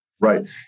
Right